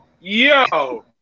yo